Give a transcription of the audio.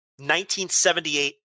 1978